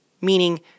meaning